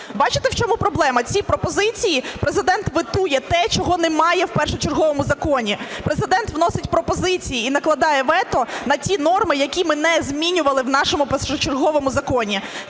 Бачите, в чому проблема, ці пропозиції, Президент ветує те, чого немає в першочерговому законі. Президент вносить пропозиції і накладає вето на ті норми, які ми не змінювали в нашому першочерговому законі.